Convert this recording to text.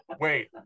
wait